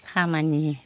खामानि